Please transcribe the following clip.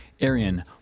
Arian